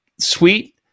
sweet